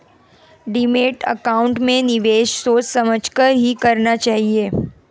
demat account में निवेश सोच समझ कर ही करना चाहिए